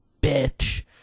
bitch